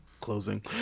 Closing